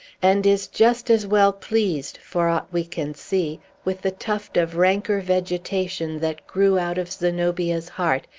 and is just as well pleased, for aught we can see, with the tuft of ranker vegetation that grew out of zenobia's heart,